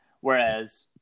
Whereas